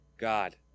God